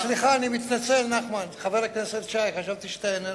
אני מתנצל, חבר הכנסת שי, חשבתי שאתה איננו.